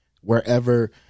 wherever